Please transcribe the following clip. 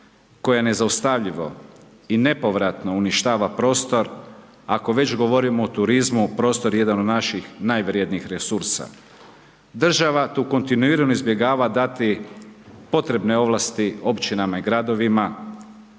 koja nezaustavljivo i nepovratno uništava prostor, ako već govorimo o turizmu prostor je jedan od naših najvrjednijih resursa. Država tu kontinuirano izbjegava dati potrebne ovlasti općinama i gradovima